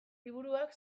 liburuak